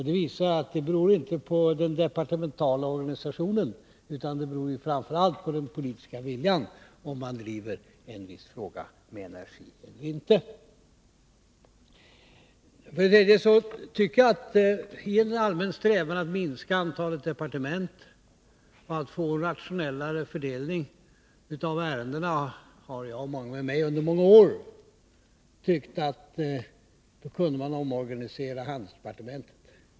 Det visar att det inte beror på den departementala organisationen utan framför allt på den politiska viljan om man driver en viss fråga med energi eller inte. För det tredje: I en allmän strävan att minska antalet departement och att få en rationellare fördelning av ärendena har jag och många med mig under många år tyckt att man kunde omorganisera handelsdepartementet.